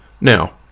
Now